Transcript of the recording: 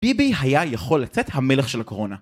ביבי היה יכול לצאת המלך של הקורונה.